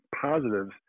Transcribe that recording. positives